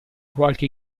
qualche